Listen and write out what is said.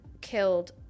killed